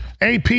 AP